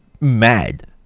mad